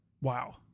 Wow